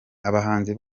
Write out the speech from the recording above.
bahanzi